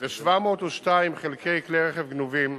ו-702 חלקי כלי רכב גנובים.